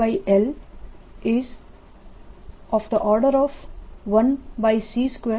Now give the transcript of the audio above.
તો Binduced l1c2 Einduced થશે